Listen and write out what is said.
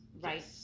right